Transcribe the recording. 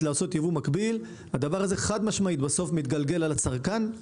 מקביל - הדבר הזה בסוף מתגלגל על הצרכן,